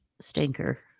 stinker